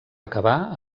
acabar